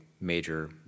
major